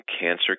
cancer